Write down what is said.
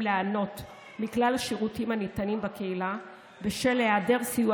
ליהנות מכלל השירותים הניתנים בקהילה בשל היעדר סיוע